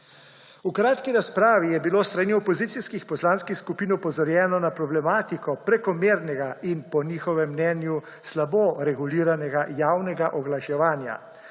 V kratki razpravi je bilo s strani opozicijskih poslanskih skupin opozorjeno na problematiko prekomernega in po njihovem mnenju slabo reguliranega javnega oglaševanja.